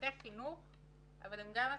בתי חינוך אבל גם עסקים,